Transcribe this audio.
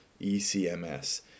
ECMS